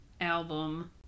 album